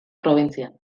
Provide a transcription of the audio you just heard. probintzian